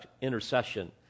intercession